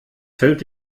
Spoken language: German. fällt